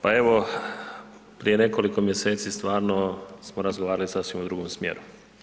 Pa evo prije nekoliko mjeseci stvarno smo razgovarali u sasvim drugom smjeru.